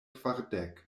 kvardek